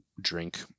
drink